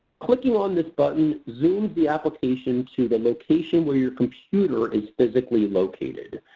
clicking on this button zooms the application to the location where your computer is physically located.